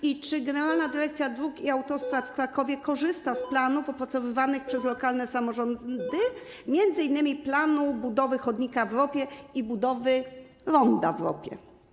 I czy Generalna Dyrekcja Dróg i Autostrad w Krakowie korzysta z planów opracowywanych przez lokalne samorządy, m.in. planu budowy chodnika w Ropie i budowy ronda w Ropie?